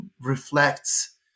reflects